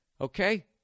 Okay